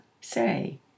say